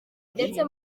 ndetse